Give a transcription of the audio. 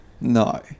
no